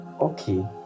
Okay